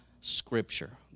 scripture